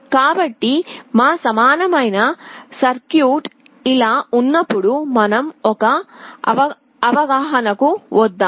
కాబట్టి మా సమానమైన సర్క్యూట్ ఇలా ఉన్నప్పుడు మనం ఒక అవగాహనకు వద్దాము